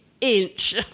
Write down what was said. inch